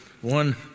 one